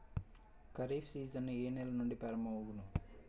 Kharif season ఏ నెల నుండి ప్రారంభం అగును?